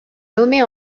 nommée